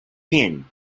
qin